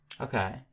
okay